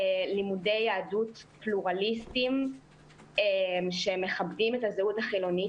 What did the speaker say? לימודי יהדות פלורליסטים שמכבדים את הזהות החילונית